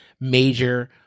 major